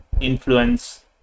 influence